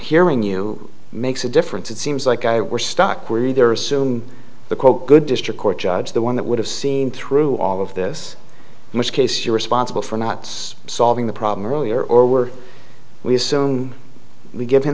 hearing you makes a difference it seems like i we're stuck we're either assume the quote good district court judge the one that would have seen through all of this in which case you're responsible for nots solving the problem earlier or were we assume we give him